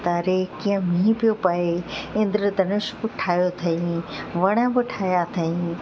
तरे कीअं मींहुं पियो पए इंद्र धनुष बि ठाहियो अथईं वण बि ठाहियां अथईं